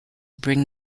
bring